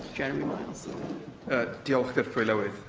jeremy miles am diolch dirprwy lywydd.